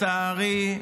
שנייה.